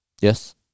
Yes